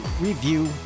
review